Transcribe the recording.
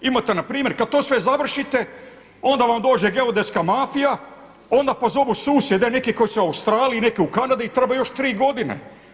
Imate npr. kada to sve završite onda vam dođe geodetska mafija, onda pozovu susjede neki koji su u Australiji, neke u Kanadi i treba još tri godine.